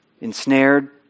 ensnared